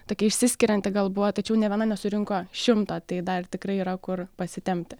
tokia išsiskirianti gal buvo tačiau nė viena nesurinko šimto tai dar tikrai yra kur pasitempti